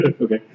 okay